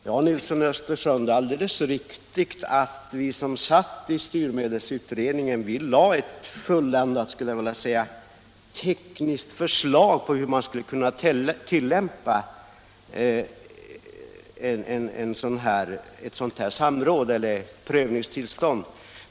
Herr talman! Det är alldeles riktigt, herr Nilsson i Östersund, att vi som satt i styrmedelsutredningen lade fram ett fulländat tekniskt förslag om hur ett sådant här samråd eller prövningstillstånd skulle kunna tillämpas.